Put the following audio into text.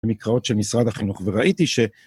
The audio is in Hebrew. במקראות של משרד החינוך, וראיתי ש...